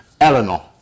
Eleanor